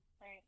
right